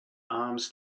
arms